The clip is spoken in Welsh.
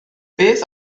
beth